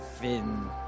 fin